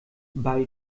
bei